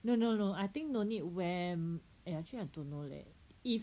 no no no I think no need when actually I don't know leh if